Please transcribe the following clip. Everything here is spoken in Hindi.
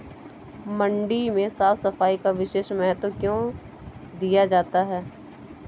मंडी में साफ सफाई का विशेष महत्व क्यो दिया जाता है?